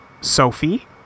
Sophie